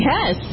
Yes